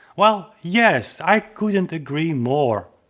well yes, i couldn't agree more.